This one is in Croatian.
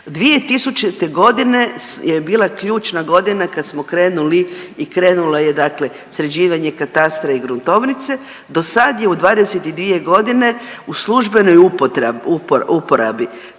2000.g. je bila ključna godina kad smo krenuli i krenulo je dakle sređivanje katastra i gruntovnice, dosad je u 22.g. u službenoj uporabi